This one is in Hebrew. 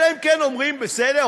אלא אם כן אומרים: בסדר,